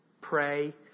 Pray